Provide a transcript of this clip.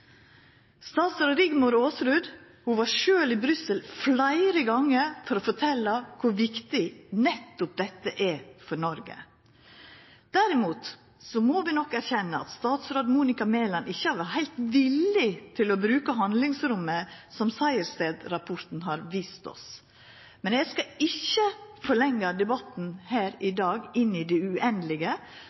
statsråd Rigmor Aasrud var sjølv i Brussel fleire gonger for å fortelja kor viktig nettopp dette er for Noreg. Derimot må vi erkjenna at statsråd Monica Mæland ikkje har vore heilt villig til å bruka handlingsrommet som Sejersted-rapporten har vist oss. Men eg skal ikkje forlengja debatten i dag inn i det